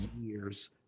years